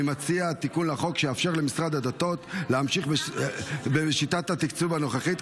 אני מציע תיקון לחוק שיאפשר למשרד הדתות להמשיך בשיטת התקצוב הנוכחית,